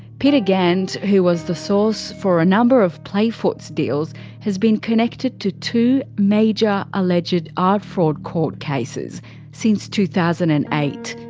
peter gant. who was the source for a number of playfoot's deals has been connected to two major alleged art fraud court cases since two thousand and eight.